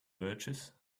birches